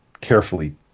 carefully